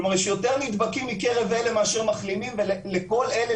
כלומר יש יותר נדבקים מקרב אלה מאשר מחלימים ולכל אלה,